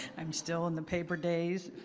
i'm still in the paper days.